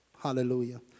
hallelujah